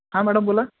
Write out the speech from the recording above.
हां मॅडम बोला